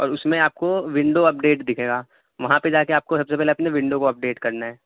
اور اس میں آپ کو ونڈو اپ ڈیٹ دکھے گا وہاں پہ جا کے آپ کو سب سے پہلے اپنے ونڈو کو اپ ڈیٹ کرنا ہے